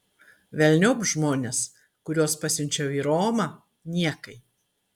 velniop žmones kuriuos pasiunčiau į romą niekai